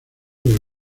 del